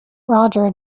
roger